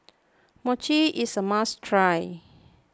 Mochi is a must try